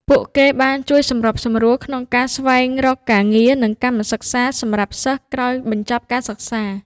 ពួកគេបានជួយសម្របសម្រួលក្នុងការស្វែងរកការងារ និងកម្មសិក្សាសម្រាប់សិស្សក្រោយបញ្ចប់ការសិក្សា។